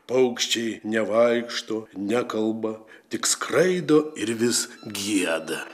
paukščiai nevaikšto nekalba tik skraido ir vis gieda